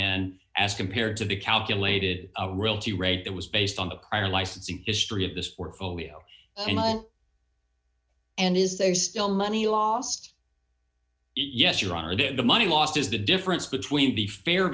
and as compared to the calculated realty rate that was based on the prior licensing history of this portfolio and is there still money lost yes your honor did the money lost is the difference between be fair